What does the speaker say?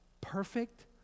Perfect